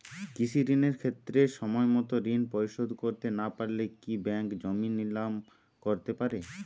কৃষিঋণের ক্ষেত্রে সময়মত ঋণ পরিশোধ করতে না পারলে কি ব্যাঙ্ক জমি নিলাম করতে পারে?